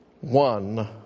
one